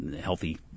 healthy –